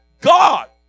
God